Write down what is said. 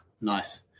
nice